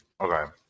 Okay